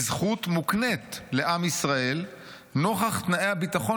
היא זכות מוקנית לעם ישראל נוכח תנאי הביטחון